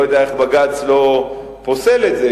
לא יודע איך בג"ץ לא פוסל את זה,